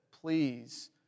please